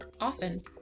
often